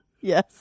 Yes